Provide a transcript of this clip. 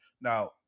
Now